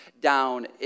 down